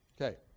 Okay